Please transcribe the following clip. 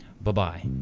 Bye-bye